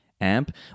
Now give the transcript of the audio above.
AMP